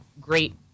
great